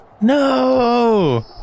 no